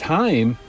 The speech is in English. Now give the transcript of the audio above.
time